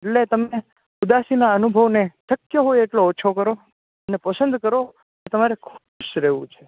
એટલે તમે ઉદાસીના અનુભવોને જેટલો શક્ય બને તેટલો ઓછો કરો તમારે ખુશ રહેવું છે